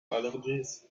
allergies